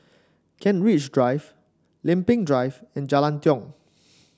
Kent Ridge Drive Lempeng Drive and Jalan Tiong